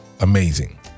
amazing